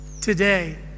Today